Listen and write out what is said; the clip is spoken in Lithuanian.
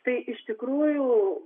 tai iš tikrųjų